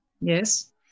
yes